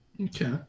Okay